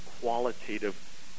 qualitative